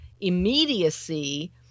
immediacy